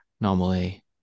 normally